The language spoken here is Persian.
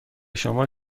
شما